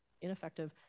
ineffective